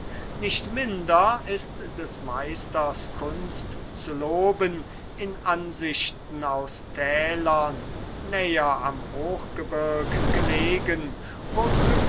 nicht minder ist des meisters kunst zu loben in ansichten aus tälern näher am hochgebirg gelegen wo